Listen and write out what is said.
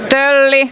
me eli